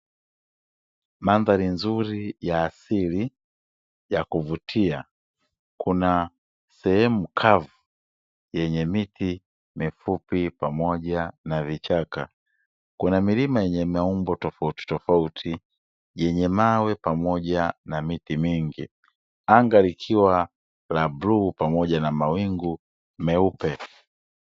Mandhari nzuri ya asili ya kuvutia, kuna sehemu kavu yenye miti mifupi pamoja na vichaka, kuna milima yenye maumbo tofauti tofauti yenye mawe pamoja na miti mingi, anga likiwa la bluu pamoja na mawingu meupe.